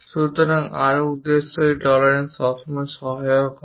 সুতরাং আরও উদ্দেশ্য এই টলারেন্স সবসময় সহায়ক হবে